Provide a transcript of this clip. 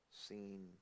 seen